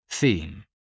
theme